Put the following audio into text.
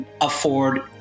afford